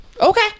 Okay